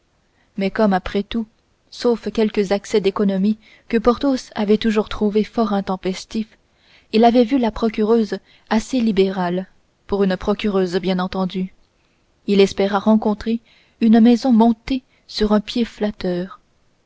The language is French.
mais comme après tout sauf quelques accès d'économie que porthos avait toujours trouvés fort intempestifs il avait vu la procureuse assez libérale pour une procureuse bien entendu il espéra rencontrer une maison montée sur un pied flatteur